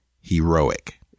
Heroic